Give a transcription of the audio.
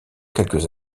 quelques